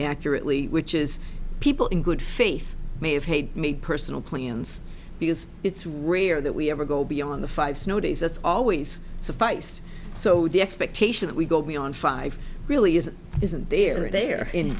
accurately which is people in good faith may have paid me personal plans because it's rare that we ever go beyond the five snow days that's always suffice so the expectation that we go beyond five really is isn't there and there